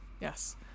Yes